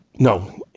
No